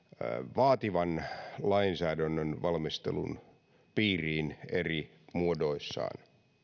vaativan lainsäädännönvalmistelun piiriin eri muodoissaan